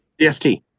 DST